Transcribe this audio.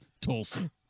Tulsa